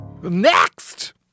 Next